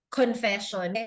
confession